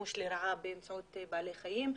ושימוש לרעה באמצעות בעלי חיים.